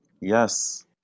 Yes